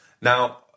Now